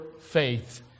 faith